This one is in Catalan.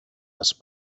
les